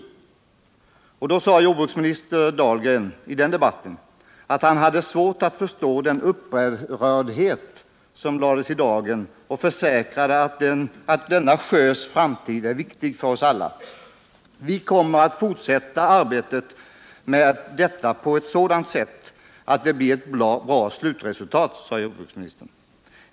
I den debatten sade jordbruksminister Dahlgren att han hade svårt att förstå den upprördhet som lades i dagen, och han försäkrade att denna sjös framtid är viktig för oss alla. ”Vi kommer att fortsätta arbetet med detta på ett sådant sätt att det blir ett bra slutresultat”, sade jordbruksministern.